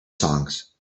songs